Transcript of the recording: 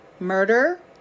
Murder